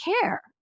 care